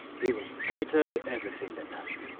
he was better at everything than us.